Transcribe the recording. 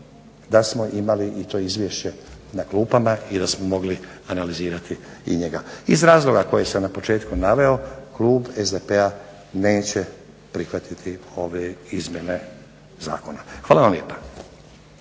da smo imali i to izvješće na klupama i da smo mogli izanalizirati i njega. Iz razloga koje sam na početku naveo klub SDP-a neće prihvatiti ove izmjene zakona. Hvala vam lijepa.